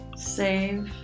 save.